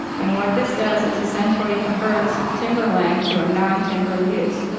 and what this does is essentially converts timber land to a non timber use.